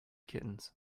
kittens